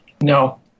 No